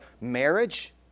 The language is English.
marriage